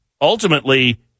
ultimately